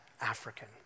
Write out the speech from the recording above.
African